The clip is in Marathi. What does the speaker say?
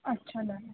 अच्छा दादा